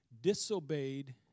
disobeyed